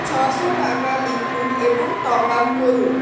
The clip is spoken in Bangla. ছশো টাকা লিখুন এবং টপআপ করুন